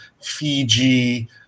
Fiji